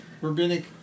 rabbinic